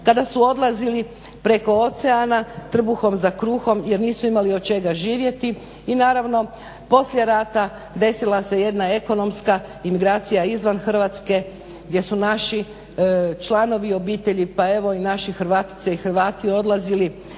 kada su odlazili preko oceana trbuhom za kruhom jer nisu imali od čega živjeti. I naravno poslije rata desila se jedna ekonomska imigracija izvan Hrvatske gdje su naši članovi obitelji pa evo i naši Hrvatice i Hrvati odlazili